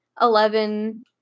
Eleven